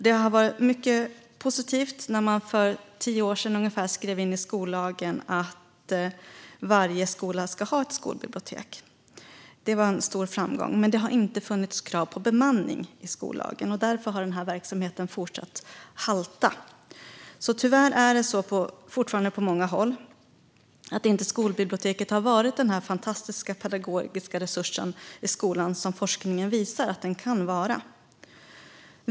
Det var mycket positivt när man för ungefär tio år sedan skrev in i skollagen att varje skola ska ha ett skolbibliotek. Det var en stor framgång, men i skollagen har det inte funnits krav på bemanning. Därför har verksamheten fortsatt halta, och tyvärr är det fortfarande så på många håll att skolbiblioteket inte har varit den fantastiska pedagogiska resurs i skolan som forskningen visar att det kan vara.